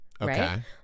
Right